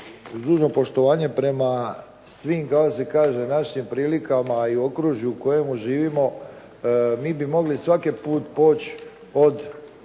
dužno poštovanje prema svim kako se kaže našim prilikama i okružju u kojemu živimo, mi bi mogli svaki put poći od